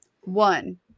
one